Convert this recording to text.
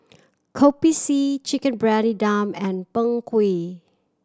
Kopi C Chicken Briyani Dum and Png Kueh